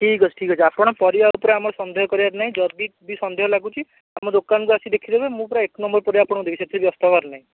ଠିକ୍ଅଛି ଠିକ୍ଅଛି ଆପଣ ପରିବା ଉପରେ ଆମର ସନ୍ଦେହ କରିବାର ନାହିଁ ଯଦି ବି ସନ୍ଦେହ ଲାଗୁଛି ଆମ ଦୋକାନକୁ ଆସି ଦେଖି ଦେବେ ମୁଁ ପୁରା ଏକ ନମ୍ବର ପରିବା ଆପଣଙ୍କୁ ଦେବି ସେଥିରେ ବ୍ୟସ୍ତ ହେବାର ନାହିଁ